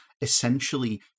essentially